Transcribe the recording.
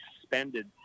suspended